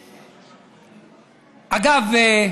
אגב,